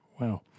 Wow